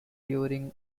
during